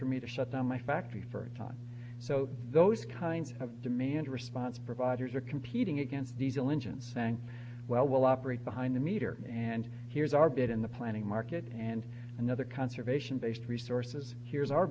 for me to shut down my factory for a time so those kind of demand response providers are competing against diesel engines saying well we'll operate behind the meter and here's our bit in the planning market and another conservation based resources here's our